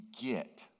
get